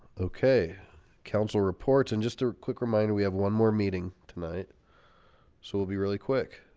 okay council reports and just a quick reminder we have one more meeting tonight so we'll be really quick